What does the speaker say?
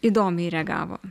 įdomiai reagavo